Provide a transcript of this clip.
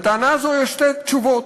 לטענה הזו יש שתי תשובות: